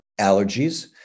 allergies